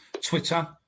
Twitter